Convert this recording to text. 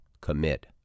commit